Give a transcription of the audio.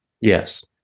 Yes